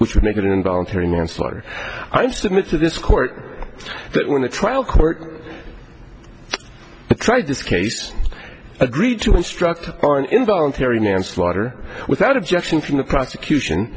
which would make it involuntary manslaughter i submit to this court that when the trial court tried this case agreed to instruct on involuntary manslaughter without objection from the prosecution